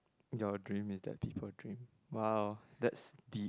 your dream is that people dream !wow! that's deep